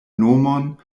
nomon